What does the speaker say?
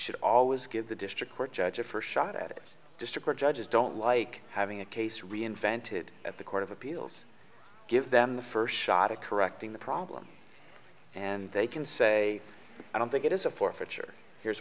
should always give the district court judge a first shot at it district judges don't like having a case reinvented at the court of appeals give them the first shot of correcting the problem and they can say i don't think it is a forfeiture here's